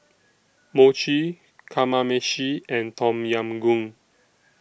Mochi Kamameshi and Tom Yam Goong